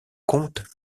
comte